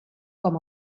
com